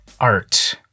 Art